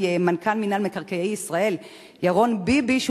מנכ"ל מינהל מקרקעי ישראל ירון ביבי,